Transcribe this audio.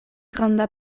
granda